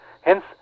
Hence